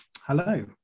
hello